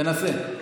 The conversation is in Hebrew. תנסה.